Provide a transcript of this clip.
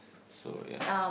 so ya